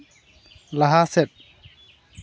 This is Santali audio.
ᱞᱟᱦᱟ ᱥᱮᱫ